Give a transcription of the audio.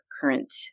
current